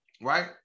right